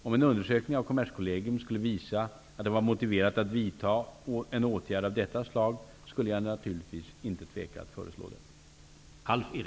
Om en undersökning av Kommerskollegium skulle visa att det var motiverat att vidta en åtgärd av detta slag, skulle jag naturligtvis inte tveka att föreslå det.